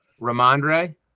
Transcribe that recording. Ramondre